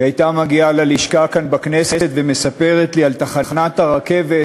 והיא הייתה מגיעה ללשכה כאן בכנסת ומספרת לי על תחנת הרכבת